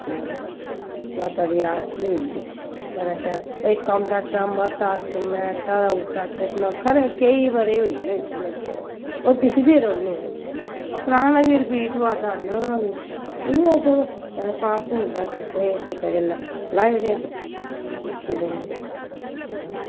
माता दी आरती होई बड़ा शैल इक औंदा ड्रामा तारक मैह्ता दा उल्टा चश्मा खबरै केईं बरे होई गे उस्सी लग्गे दे ओह् दिखदी रौह्ने पराना वी रपीट होआ दा नमां बी इ'यां चलो टैम पास होई जंदा दिक्खने कुसै वेल्लै लाई ओड़ेआ दिखदी रौह्नी